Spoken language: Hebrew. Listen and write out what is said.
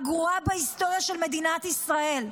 הגרועה בהיסטוריה של מדינת ישראל.